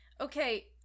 Okay